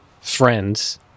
friends